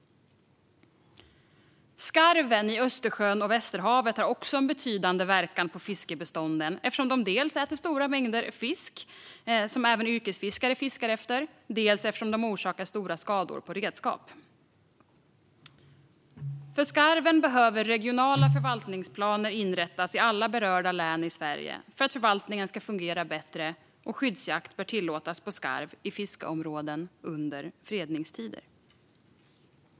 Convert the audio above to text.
Skarven i Östersjön och Västerhavet har också en betydande inverkan på fiskebestånden, dels eftersom de äter stora mängder fisk som även yrkesfiskare fiskar efter, dels eftersom de orsakar stora skador på redskap. För skarven behöver regionala förvaltningsplaner inrättas i alla berörda län i Sverige för att förvaltningen ska fungera bättre, och skyddsjakt bör tillåtas på skarv i fiskeområden under fredningstider.